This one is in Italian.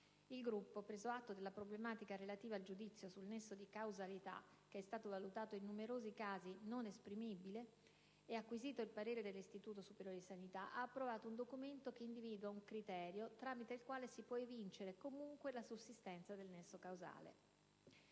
Il gruppo, preso atto della problematica relativa al giudizio sul nesso di causalità, che è stato valutato in numerosi casi non esprimibile, e acquisito il parere dell'Istituto superiore di sanità, ha approvato un documento che individua un criterio tramite il quale si può evincere comunque la sussistenza del nesso causale.